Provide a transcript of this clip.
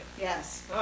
Yes